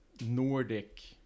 nordic